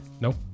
Nope